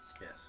Yes